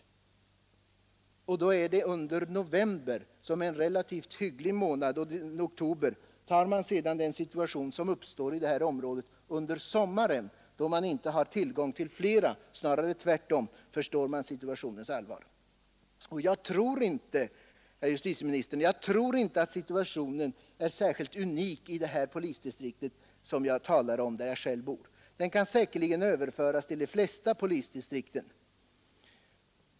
Detta gäller alltså under oktober och november, som är relativt hyggliga månader, men om man ser på situationen i området under sommaren då man inte har tillgång på fler polismän, snarare tvärtom så förstår man situationens allvar. Jag tror inte, herr justitieminister, att situationen i detta polisdistrikt, där jag själv bor, är unik. Den kan säkerligen överföras till de flesta polisdistrikt.